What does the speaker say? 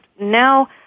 Now